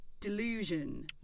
delusion